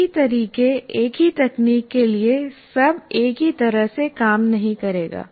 एक ही तरीके एक ही तकनीक के लिए सब एक ही तरह से काम नहीं करेगा